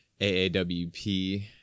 AAWP